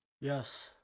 Yes